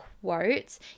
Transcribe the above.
quotes